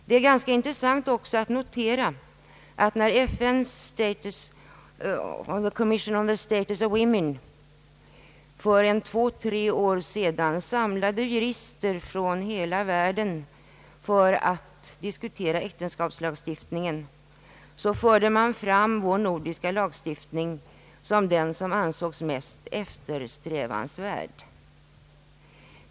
Det är också ganska intressant att notera att när FN:s Commission of the Status of the Women för två å tre år sedan sam lade jurister från hela världen för att diskutera äktenskapslagstiftningen, då förde man fram vår nordiska lagstiftning såsom den mest efterföljansvärda.